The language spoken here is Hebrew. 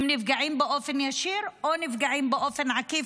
אם נפגעים באופן ישיר ואם נפגעים באופן עקיף,